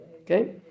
Okay